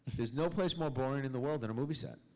there's no place more boring in the world than a movie set.